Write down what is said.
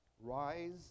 Rise